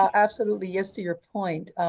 um absolutely, yes to your point.